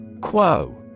Quo